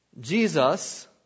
Jesus